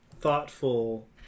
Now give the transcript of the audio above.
thoughtful